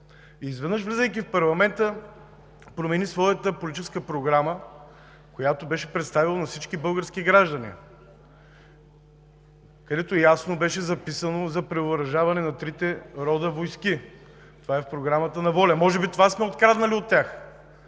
Изведнъж, влизайки в парламента, промени своята политическа програма, която беше представил на всички български граждани, където ясно беше записано: за превъоръжаване на трите рода войски – това е в Програмата на ВОЛЯ. Може би това сме откраднали от тях.